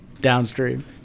downstream